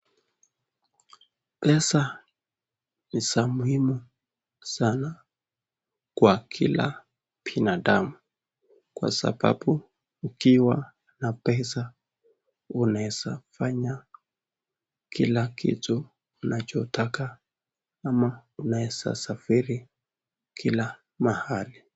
Pesa ni za muhimu sana kwa kila binadamu kwa sababu ukiwa na pesa unaweza fanya kila kitu unachotaka ama unaweza safiri kila mahali.